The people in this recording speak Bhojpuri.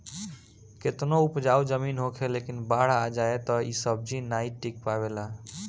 केतनो उपजाऊ जमीन होखे लेकिन बाढ़ आ जाए तअ ऊ सब्जी नाइ टिक पावेला